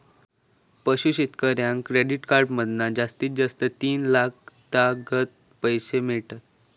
पशू शेतकऱ्याक credit card मधना जास्तीत जास्त तीन लाखातागत पैशे मिळतत